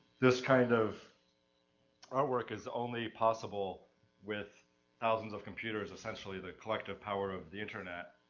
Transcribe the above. this kind of artwork is only possible with thousands of computers, essentially the collective power of the internet,